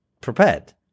prepared